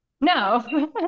No